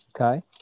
okay